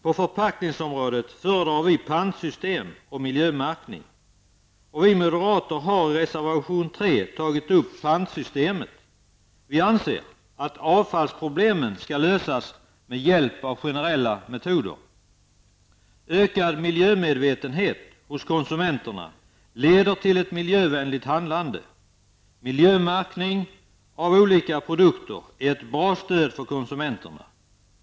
På förpackningsområdet föredrar vi pantsystem och miljömärkning. Vi moderater har i reservation 3 tagit upp pantsystemet. Vi anser att avfallsproblemen skall lösas med hjälp av generella metoder. Ökad miljömedvetenhet hos konsumenterna leder till ett miljövänligt handlande. Miljömärkning av olika produkter är ett bra stöd för konsumenterna.